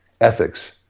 ethics